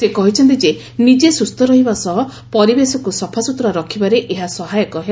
ସେ କହିଛନ୍ତି ଯେ ନିଜେ ସୁସ୍ଥ ରହିବା ସହ ପରିବେଶକୁ ସଫାସୁତୁରା ରଖିବାରେ ଏହା ସହାୟକ ହେବ